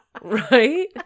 Right